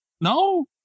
No